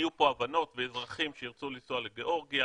שיהיו פה הבנות, ואזרחים שירצו לנסוע לגיאורגיה,